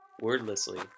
Wordlessly